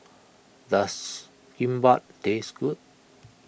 does Kimbap taste good